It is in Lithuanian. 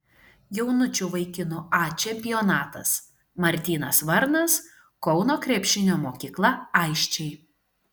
jaunučių vaikinų a čempionatas martynas varnas kauno krepšinio mokykla aisčiai